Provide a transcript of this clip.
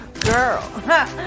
girl